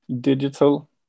digital